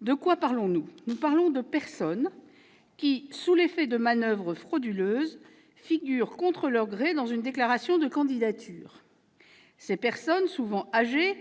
De quoi parlons-nous ? De personnes qui, sous l'effet de manoeuvres frauduleuses, figurent contre leur gré dans une déclaration de candidature. Ces personnes, souvent âgées,